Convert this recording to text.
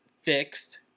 fixed